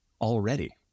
already